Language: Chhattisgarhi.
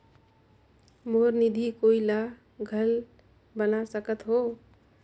मोर निधि कोई ला घल बना सकत हो?